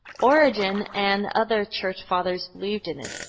origen and other church fathers believed in it.